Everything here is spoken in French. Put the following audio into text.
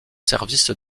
service